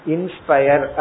Inspire